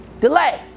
Delay